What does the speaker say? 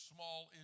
small